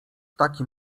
takim